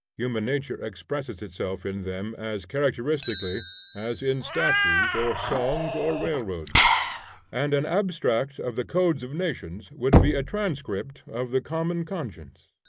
human nature expresses itself in them as characteristically as in statues, or songs, or railroads and an abstract of the codes of nations would be a transcript of the common conscience.